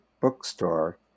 Bookstore